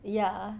ya